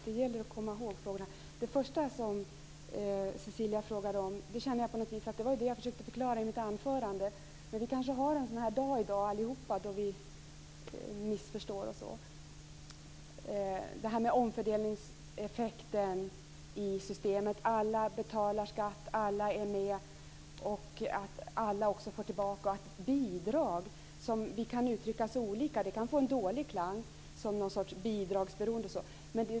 Fru talman! Det första som Cecilia frågade om var det jag försökte förklara i mitt anförande. Vi kanske allihop har en sådan dag i dag då vi missförstår. När det gäller omfördelningseffekten i systemet betalar alla skatt, alla är med, och alla får också tillbaka. Bidrag kan vara på olika sätt. Det kan få en dålig klang, som i bidragsberoende och liknande.